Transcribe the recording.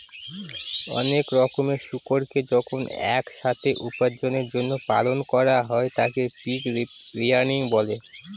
অনেক রকমের শুকুরকে যখন এক সাথে উপার্জনের জন্য পালন করা হয় তাকে পিগ রেয়ারিং বলে